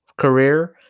career